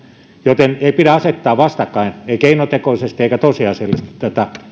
joten ei pidä asettaa vastakkain ei keinotekoisesti eikä tosiasiallisesti tätä